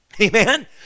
amen